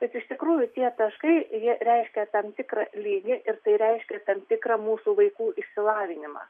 bet iš tikrųjų tie taškai jie reiškia tam tikrą lygį ir tai reiškia tam tikrą mūsų vaikų išsilavinimą